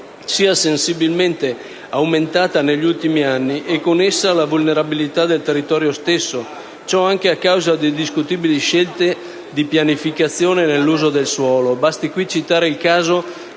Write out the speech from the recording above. sia sensibilmente aumentata negli ultimi anni e con essa la vulnerabilità del territorio stesso, ciò anche a causa di discutibili scelte di pianificazione nell'uso del suolo; basti citare il caso